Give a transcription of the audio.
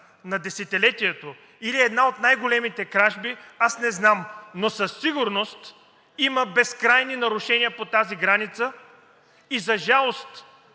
на десетилетието, или е една от най-големите кражби аз не знам, но със сигурност има безкрайни нарушения по тази граница. За жалост